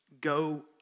go